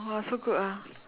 !wah! so good ah